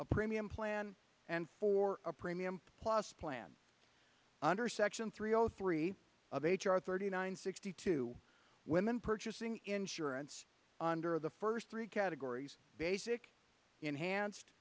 a premium plan and for a premium plus plan under section three zero three of h r thirty nine sixty two women purchasing insurance under the first three categories basic enhanced